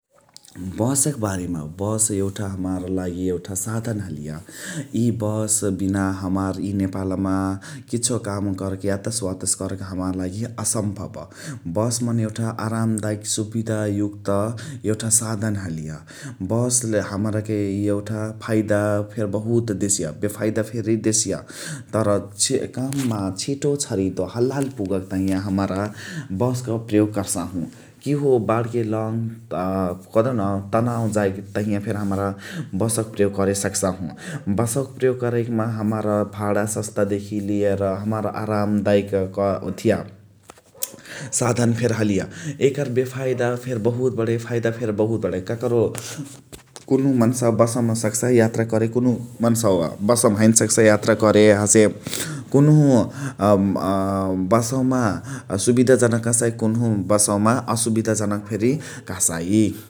बसक बारेमा बस एउठा हमार लगे साधन हलिया इय बसबिना हमार इ नेपालमा किछो काम करके, यातसे वाते करके बस मने एउठा हमार लागि असम्भवा आरामदायिक सुविधाजनक युक्त हलिया । एउठा साधन हलिया बस हमराके इय एउठा फाइदा फेरि बहुत देसिया बेफाइदा फेरि देसिय । तर... काममा छिटो छरितो हालहाली पुगके तहिया हमरा बसक प्रयोग कर्सहु । किहो बाडके लड कदेहु न तनाउ जाइके तहिया फेरि हमरा बसके प्रयोग करे सक्सहु। बसक प्रयोग करइक माहा हमरा भाडा सस्तादेखि लियर हमार आरामदायिक क... ओथिया साधन फेरि हलिया यकरे बेफाइदा फेरि बहुत बणइ फाइदा फेरि बहुत बणइ । ककरो... कुनुह मन्सावा बसमा सकसइ यात्रा करे । कुनुह मन्सावा बसमा हैन सकसइ यात्रा करे । हसे कुनुह बसवामा सुविधाजनक हसदा कुनुहमा बसवामा असुविधाजनक फेरि कहसइ ।